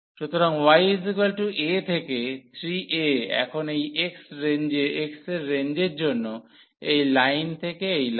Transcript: সুতরাং ya থেকে 3a এখন এই x এর রেঞ্জের জন্য এই লাইন থেকে এই লাইন